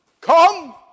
come